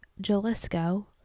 Jalisco